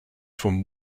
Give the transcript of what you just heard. from